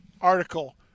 article